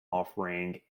offering